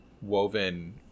woven